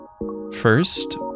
First